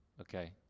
Okay